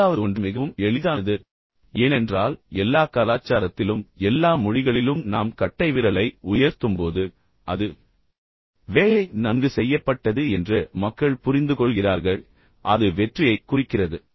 பத்தாவது ஒன்று மிகவும் எளிதானது ஏனென்றால் எல்லா கலாச்சாரத்திலும் எல்லா மொழிகளிலும் நாம் கட்டைவிரலை உயர்த்தும்போது அது வேலை நன்கு செய்யப்பட்டது என்று மக்கள் புரிந்துகொள்கிறார்கள் அது வெற்றியைக் குறிக்கிறது